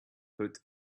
put